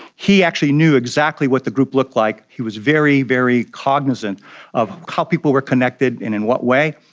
he actually knew exactly what the group looked like, he was very, very cognisant of how people were connected and in what way,